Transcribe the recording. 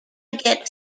get